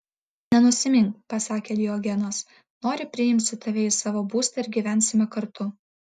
nenusimink pasakė diogenas nori priimsiu tave į savo būstą ir gyvensime kartu